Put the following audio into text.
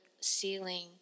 ceiling